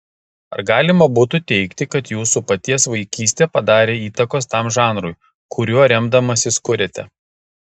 ar galima būtų teigti kad jūsų paties vaikystė padarė įtakos tam žanrui kuriuo remdamasis kuriate